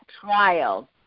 trial